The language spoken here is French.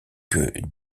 que